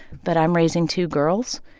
but i'm raising two girls.